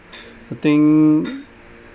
I think